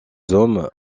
hommes